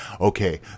Okay